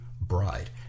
bride